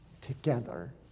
together